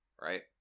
right